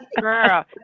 Girl